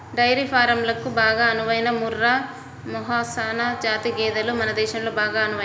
dairy ఫారంలకు బాగా అనువైన ముర్రా, మెహసనా జాతి గేదెలు మన దేశంలో బాగా అనువైనవి